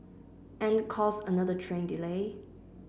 and cause another train delay